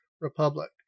Republic